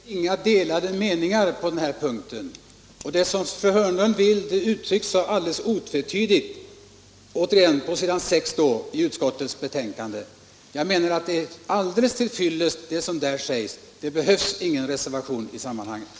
Herr talman! Jag upprepar att det inte råder några delade meningar på den här punkten. Det fru Hörnlund vill uttrycks alldeles otvetydigt på s. 6 i utskottsbetänkandet. Jag menar att det som där sägs är alldeles till fyllest. Det behövs således ingen reservation i sammanhanget.